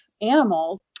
animals